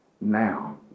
Now